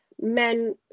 men